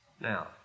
Now